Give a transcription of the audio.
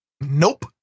Nope